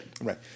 Right